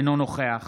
אינו נוכח